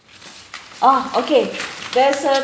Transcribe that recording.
oh okay there's a